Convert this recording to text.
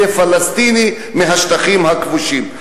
זה פלסטיני מהשטחים הכבושים.